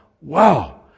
Wow